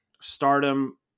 stardom